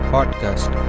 Podcast